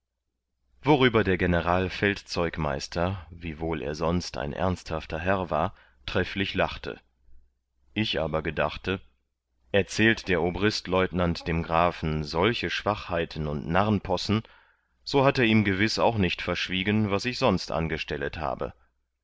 worüber der generalfeldzeugmeister wiewohl er sonst ein ernsthafter herr war trefflich lachte ich aber gedachte erzählt der obristleutenant dem grafen solche schwachheiten und narrnpossen so hat er ihm gewiß auch nicht verschwiegen was ich sonst angestellet habe